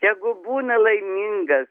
tegu būna laimingas